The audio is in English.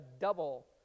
double